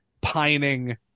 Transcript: pining